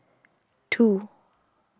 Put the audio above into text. two